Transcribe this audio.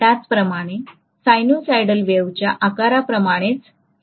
त्याचप्रमाणे सायनोसॉइडल वेव्हच्या आकाराप्रमाणेच ही फ्लक्सची वाढती दिशा आहे